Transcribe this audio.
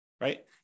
right